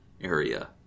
area